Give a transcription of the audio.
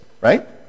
right